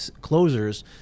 closers